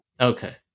Okay